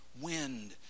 wind